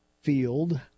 Field